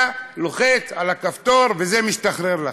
אתה לוחץ על הכפתור וזה משתחרר לך,